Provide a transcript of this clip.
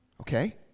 Okay